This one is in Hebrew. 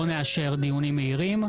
לא נאשר דיונים מהירים,